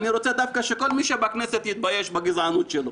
אני רוצה דווקא שכל מי שבכנסת יתבייש בגזענות שלו.